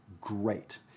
great